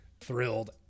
thrilled